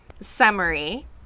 Summary